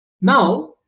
Now